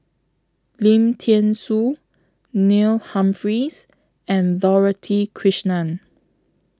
Lim Thean Soo Neil Humphreys and Dorothy Krishnan